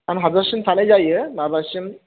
सान हाबजासिम थानाय जायो माबासिम